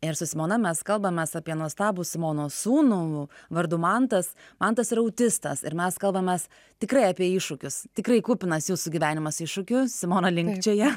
ir su simona mes kalbamės apie nuostabų simonos sūnų vardu mantas mantas yra autistas ir mes kalbamės tikrai apie iššūkius tikrai kupinas jūsų gyvenimas iššūkiu simona linkčioja